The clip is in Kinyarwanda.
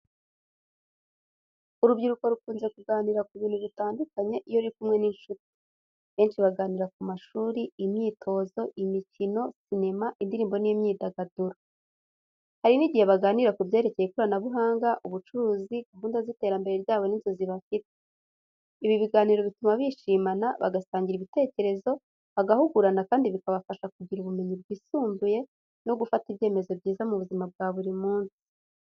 Urubyiruko rukunze kuganira ku bintu bitandukanye iyo ruri kumwe n’inshuti. Benshi baganira ku mashuri, imyitozo, imikino, sinema, indirimbo n’imyidagaduro. Hari n’igihe baganira ku byerekeye ikoranabuhanga, ubucuruzi, gahunda z’iterambere ryabo n’inzozi bafite. Ibi biganiro bituma bishimana, bagasangira ibitekerezo, bagahugurana kandi bikabafasha kugira ubumenyi bwisumbuye no gufata ibyemezo byiza mu buzima bwa buri munsi.